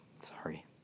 Sorry